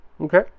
Okay